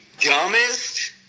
dumbest